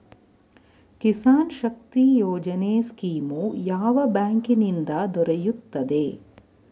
Kisan Shakti Yojana scheme ಯಾವ ಬ್ಯಾಂಕಿನಿಂದ ದೊರೆಯುತ್ತದೆ?